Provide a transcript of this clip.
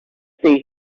stay